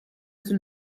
sul